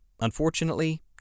unfortunately